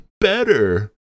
better